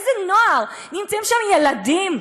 איזה נוער, נמצאים שם ילדים,